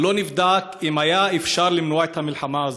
לא נבדק אם היה אפשר למנוע את המלחמה הזאת,